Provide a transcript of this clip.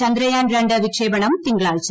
ചന്ദ്രയാൻ രണ്ട് വിക്ഷേപണം തിങ്കളാഴ്ച